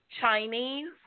Chinese